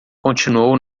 continuou